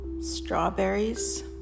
Strawberries